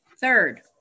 Third